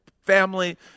family